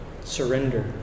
Surrender